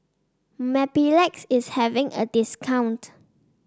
Mepilex is having a discount